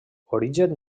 origen